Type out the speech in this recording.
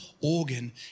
organ